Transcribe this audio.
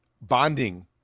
bonding